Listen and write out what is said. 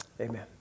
Amen